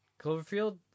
Cloverfield